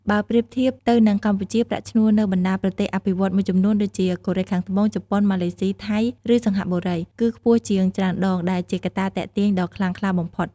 បើប្រៀបធៀបទៅនឹងកម្ពុជា ប្រាក់ឈ្នួលនៅបណ្ដាប្រទេសអភិវឌ្ឍន៍មួយចំនួនដូចជា កូរ៉េខាងត្បូង ជប៉ុន ម៉ាឡេស៊ី ថៃ ឬសិង្ហបុរី គឺខ្ពស់ជាងច្រើនដង ដែលជាកត្តាទាក់ទាញដ៏ខ្លាំងក្លាបំផុត។